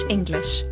English